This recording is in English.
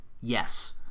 yes